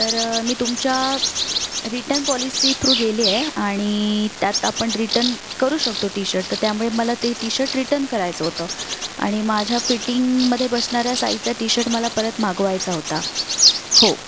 तर मी तुमच्या रिटर्न पॉलिसी थ्रू गेले आहे आणि त्यात आपण रिटर्न करू शकतो टी शर्ट तर त्यामुळे मला ते टी शर्ट रिटर्न करायचं होतं आणि माझ्या फिटिंगमध्ये बसणाऱ्या साईजचा टी शर्ट मला परत मागवायचा होता हो